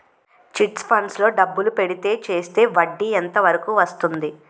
Chit funds లో డబ్బులు పెడితే చేస్తే వడ్డీ ఎంత వరకు వస్తుంది?